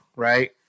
right